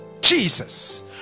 Jesus